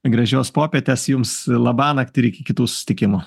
gražios popietės jums labanakt ir iki kitų susitikimų